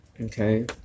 Okay